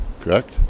correct